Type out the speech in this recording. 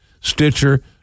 Stitcher